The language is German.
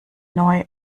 neu